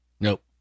Nope